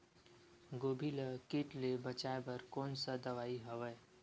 गोभी ल कीट ले बचाय बर कोन सा दवाई हवे?